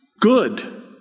good